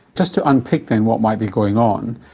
just to unpick then what might be going on,